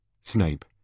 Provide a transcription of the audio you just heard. Snape